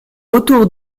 autour